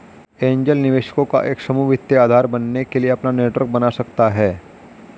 angel निवेशकों का एक समूह वित्तीय आधार बनने के लिए अपना नेटवर्क बना सकता हैं